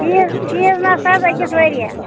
seize سیٖزنَس حظ أکِس ؤرۍیَس